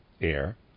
air